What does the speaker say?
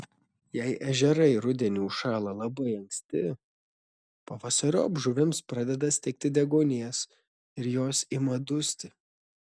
jei ežerai rudenį užšąla labai anksti pavasariop žuvims pradeda stigti deguonies ir jos ima dusti